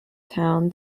town